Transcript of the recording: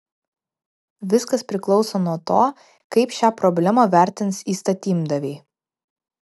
viskas priklauso nuo to kaip šią problemą vertins įstatymdaviai